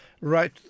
right